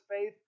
faith